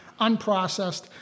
unprocessed